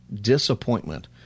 disappointment